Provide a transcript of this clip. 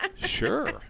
Sure